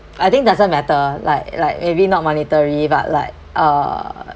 I think doesn't matter like like maybe not monetary but like uh